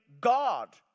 God